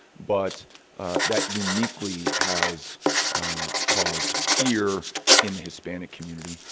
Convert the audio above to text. but that uniquely has caused fear in the hispanic community.